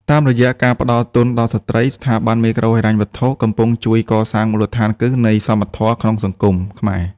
តាមរយៈការផ្ដល់ទុនដល់ស្ត្រី ស្ថាប័នមីក្រូហិរញ្ញវត្ថុកំពុងជួយកសាងមូលដ្ឋានគ្រឹះនៃសមធម៌ក្នុងសង្គមខ្មែរ។